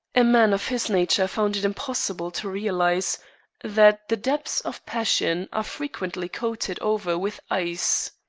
a man of his nature found it impossible to realize that the depths of passion are frequently coated over with ice.